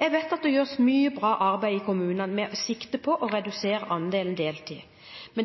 Jeg vet at det gjøres mye bra arbeid i kommunene med sikte på å redusere andelen deltid.